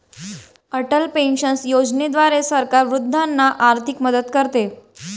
Atal pension योजनेद्वारे सरकार वृद्धांना आर्थिक मदत करते